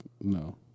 no